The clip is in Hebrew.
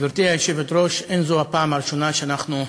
גברתי היושבת-ראש, אין זו הפעם הראשונה שאנחנו,